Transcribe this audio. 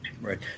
Right